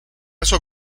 caso